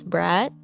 Brat